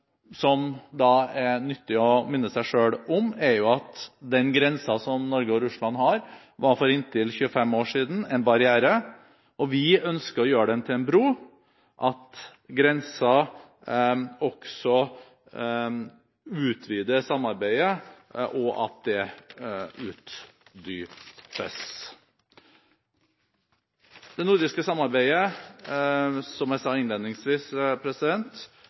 nyttig å minne seg selv om, er at den grensen som Norge og Russland har, for inntil 25 år siden var en barriere. Vi ønsker å gjøre den til en bro, at grensen også utvider samarbeidet, og at det utdypes. Som jeg sa innledningsvis, er det nå økt internasjonal oppmerksomhet rundt det nordiske samarbeidet.